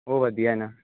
ਉਹ ਵਧੀਆ ਨਾ